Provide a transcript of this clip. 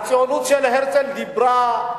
הציונות של הרצל דיברה,